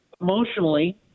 emotionally